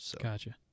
Gotcha